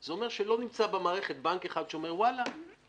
זה אומר שלא נמצא בנק אחד במערכת שאומר אני